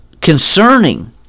concerning